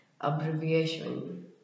Abbreviation